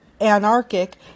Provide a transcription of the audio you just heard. anarchic